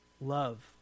love